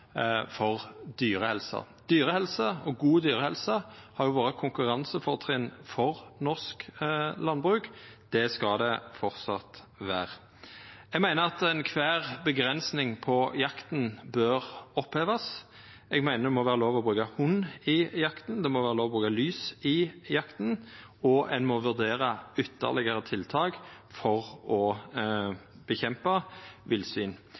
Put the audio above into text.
God dyrehelse har vore eit konkurransefortrinn for norsk landbruk. Det skal det framleis vera. Eg meiner at alle avgrensingar av jakta bør opphevast. Eg meiner det må vera lov å bruka hund i jakta, det må vera lov å bruka lys i jakta, og ein må vurdera ytterlegare tiltak for å nedkjempa villsvin.